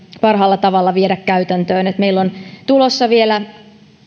parhaalla tavalla viedä käytäntöön meillä on tulossa vielä